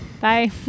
Bye